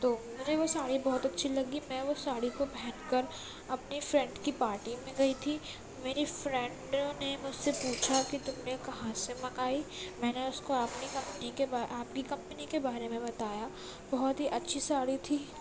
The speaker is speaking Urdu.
تو مجھے وہ ساڑی بہت اچھی لگی میں وہ ساڑی کو پہن کر اپنی فرینڈ کی پارٹی میں گئی تھی میری فرینڈوں نے مجھ سے پوچھا کہ تم نے کہاں سے منگائی میں نے اس کو آپ کی کمپنی کے آپ کی کمپنی کے بارے میں بتایا بہت ہی اچھی ساڑی تھی